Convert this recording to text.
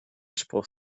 spruch